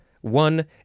One